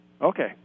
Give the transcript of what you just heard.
okay